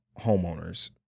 homeowners